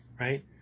right